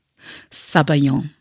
Sabayon